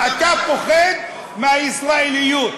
אתה פוחד מהישראליות.